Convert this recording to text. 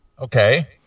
Okay